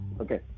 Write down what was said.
Okay